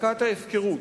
הפסקת ההפקרות,